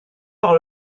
par